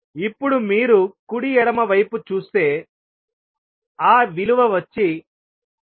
ఇప్పుడు మీరు కుడి ఎడమ వైపు చూస్తే ఆ విలువ వచ్చి y22y210